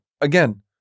again